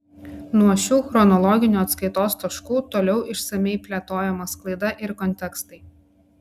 nuo šių chronologinių atskaitos taškų toliau išsamiai plėtojama sklaida ir kontekstai